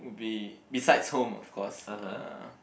would be besides home of course uh